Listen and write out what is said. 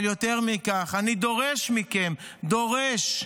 אבל יותר מכך, אני דורש מכם, דורש,